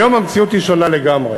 היום המציאות היא שונה לגמרי.